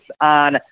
on